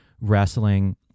wrestling